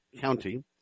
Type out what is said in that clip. county